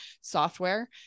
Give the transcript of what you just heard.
software